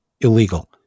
illegal